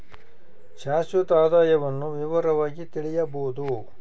ಶಾಶ್ವತ ಆದಾಯವನ್ನು ವಿವರವಾಗಿ ತಿಳಿಯಬೊದು